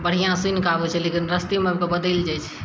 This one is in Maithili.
बढ़िआँ सुनिकऽ आबय छै लेकिन रस्तेमे आबिकऽ बदलि जाइ छै